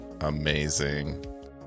Amazing